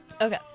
Okay